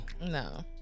No